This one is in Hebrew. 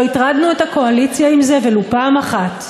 לא הטרדנו את הקואליציה עם זה ולו פעם אחת.